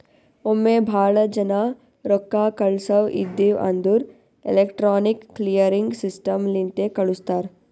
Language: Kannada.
ಒಮ್ಮೆ ಭಾಳ ಜನಾ ರೊಕ್ಕಾ ಕಳ್ಸವ್ ಇದ್ಧಿವ್ ಅಂದುರ್ ಎಲೆಕ್ಟ್ರಾನಿಕ್ ಕ್ಲಿಯರಿಂಗ್ ಸಿಸ್ಟಮ್ ಲಿಂತೆ ಕಳುಸ್ತಾರ್